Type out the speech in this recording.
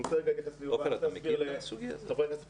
אני רוצה להתייחס למה --- לחברי הכנסת פה,